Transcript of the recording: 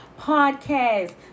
podcast